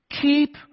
keep